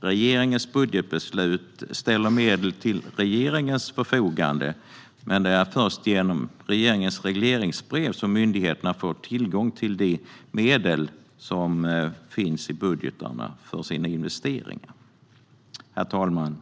riksdagens budgetbeslut ställer medel till regeringens förfogande, men det är först genom regeringens regleringsbrev som myndigheterna får tillgång till medel för sina investeringar. Herr talman!